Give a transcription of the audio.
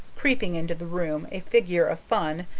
creeping into the room, a figure of fun,